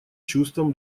чувством